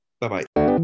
bye-bye